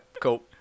cool